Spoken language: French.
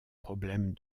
problèmes